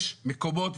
יש מקומות,